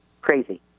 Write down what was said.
Crazy